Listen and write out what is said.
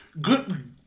Good